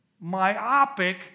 myopic